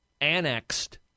annexed